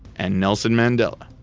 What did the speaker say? and nelson mandela.